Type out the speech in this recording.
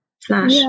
slash